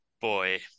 Boy